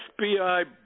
FBI